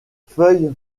feuilles